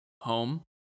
home